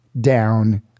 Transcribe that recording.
Down